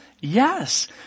Yes